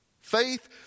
Faith